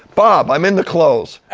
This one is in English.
bob, i'm in the clothes,